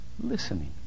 listening